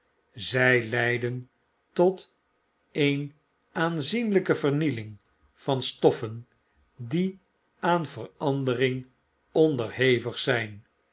zjj leiden tot een aanzienlijke vernieling van stoffen die aan verandering onderhevig zjjn